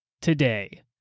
today